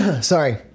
Sorry